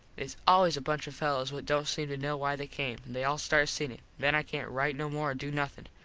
theys always a bunch of fellos what dont seem to kno why they came. they all start singin. then i cant rite no more or do nothin.